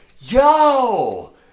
Yo